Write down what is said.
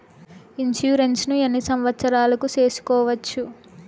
Insurance ఎన్ని సంవత్సరాలకు సేసుకోవచ్చు?